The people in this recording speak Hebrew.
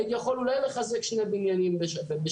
הייתי יכול אולי לחזק שני בניינים בשנה.